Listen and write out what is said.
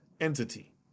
entity